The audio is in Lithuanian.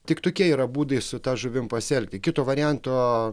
tik tokie yra būdai su ta žuvim pasielgti kito varianto